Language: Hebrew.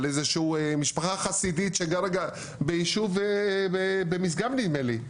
איזושהי משפחה חסידית ביישוב במשגב נדמה לי,